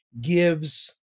gives